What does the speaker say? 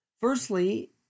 Firstly